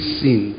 sin